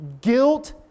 guilt